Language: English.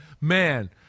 man